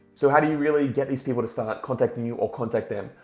so how do you really get these people to start contacting you or contact them?